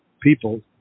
people